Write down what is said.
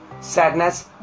sadness